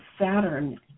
Saturn